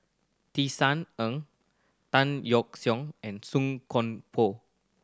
Tisa Ng Tan Yeok Seong and Song Koon Poh